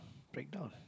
breakdown ah